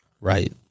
Right